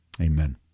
amen